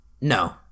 No